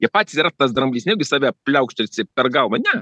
jie pats yra tas dramblys nejaugi save pliaukštelsi per galvą ne